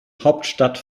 hauptstadt